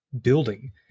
Building